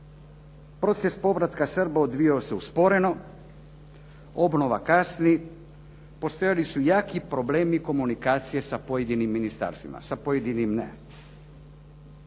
Proces povratka Srba odvijao se usporeno, obnova kasni. Postojali su jaki problemi komunikacije sa pojedinim ministarstvima, sa pojedinim ne.